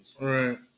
right